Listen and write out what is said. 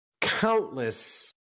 countless